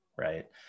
right